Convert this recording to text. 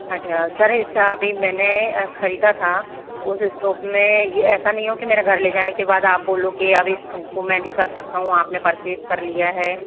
अच्छा सर अभी मैंने खरीदा था उस स्टोव में ये ऐसा नहीं हो कि मेरे घर ले जाने के बाद आप बोलो कि इसको मैं नहीं कर सकता अपने परचेस कर लिया है